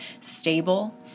stable